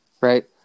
Right